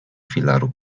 filaru